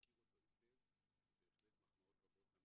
מכיר אותו היטב ובהחלט מחמאות רבות למקצועיות שלו.